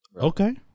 Okay